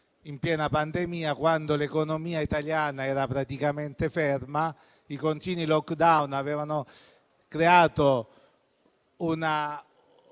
in piena pandemia, quando l'economia italiana era praticamente ferma. I continui *lockdown* avevano creato uno